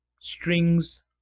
strings